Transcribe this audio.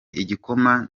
igikoma